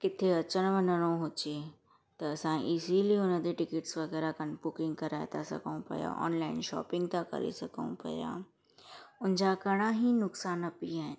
किथे अचणु वञिणो हुजे त असां इज़िली उन ते टिकट्स वग़ैरह कनि बुकिंग करे था सघूं पिया ऑनलाइन शॉपिंग था करे सघूं पिया उन जा घणा ई नुक़सान बि आहिनि